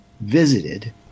visited